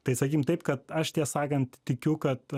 tai sakykim taip kad aš tiesą sakant tikiu kad